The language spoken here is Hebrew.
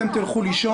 אתם תלכו לישון.